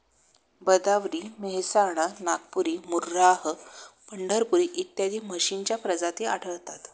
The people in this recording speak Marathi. भदावरी, मेहसाणा, नागपुरी, मुर्राह, पंढरपुरी इत्यादी म्हशींच्या प्रजाती आढळतात